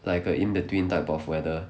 like a in between type of weather